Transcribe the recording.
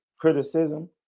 criticism